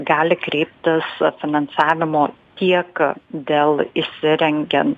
gali kreiptis finansavimo tiek dėl įsirengiant